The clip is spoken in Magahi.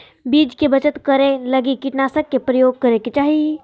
बीज के बचत करै लगी कीटनाशक के प्रयोग करै के चाही